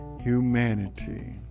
humanity